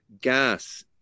gas